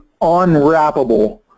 unwrappable